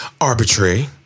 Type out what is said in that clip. arbitrary